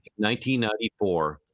1994